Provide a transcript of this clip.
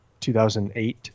2008